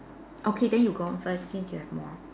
okay then you go on first since you have more